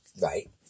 right